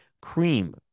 cream